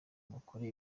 mukore